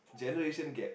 generation gap